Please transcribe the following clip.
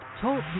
Talk